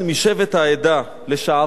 משבט "העדה" לשעבר,